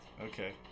Okay